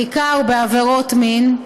בעיקר בעבירות מין,